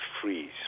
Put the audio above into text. freeze